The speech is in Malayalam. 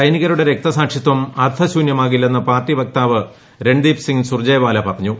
സൈനികരുടെ രക്തസാക്ഷിത്വം അർത്ഥശൂന്യമാകില്ലെന്ന് പാർട്ടി വക്താവ് രൺദീപ് സിംഗ് സുർജേവാല പറഞ്ഞു